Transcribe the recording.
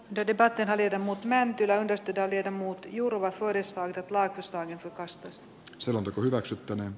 de debate viedä mut mä en kyllä pystytä vielä muut jurovat kodeissaan lähetystöön ja rastas selonteko hyväksyttäneen